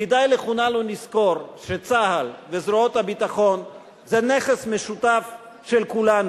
כדאי לכולנו לזכור שצה"ל וזרועות הביטחון זה נכס משותף של כולנו,